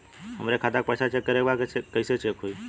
हमरे खाता के पैसा चेक करें बा कैसे चेक होई?